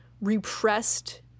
repressed